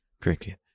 Cricket